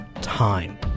time